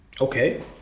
Okay